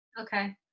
okay